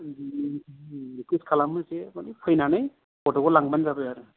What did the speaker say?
request खालामो जे फैनानै गथ'खौ लांबानो जाबाय आरो